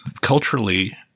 culturally